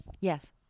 Yes